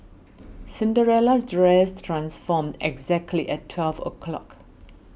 Cinderella's dress transformed exactly at twelve o' clock